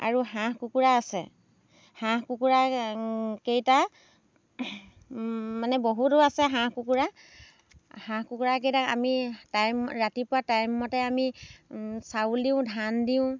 আৰু হাঁহ কুকুৰা আছে হাঁহ কুকুৰা কেইটা মানে বহুতো আছে হাঁহ কুকুৰা হাঁহ কুকুৰা কেইটাক আমি টাইম ৰাতিপুৱা টাইমমতে আমি চাউল দিওঁ ধান দিওঁ